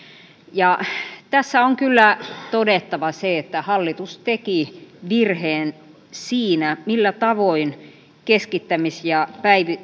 tässä on kyllä todettava että hallitus teki virheen siinä millä tavoin keskittämis ja